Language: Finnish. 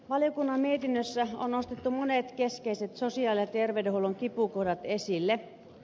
valiokunnan mietinnössä on nostettu monet keskeiset sosiaali ja terveydenhuollon kipukohdat esille